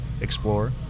explore